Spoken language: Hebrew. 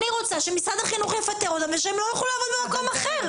אני רוצה שמשרד החינוך יפטר אותם ושלא יוכלו לעבוד במקום אחר.